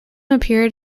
appeared